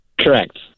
Correct